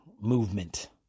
movement